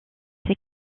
ses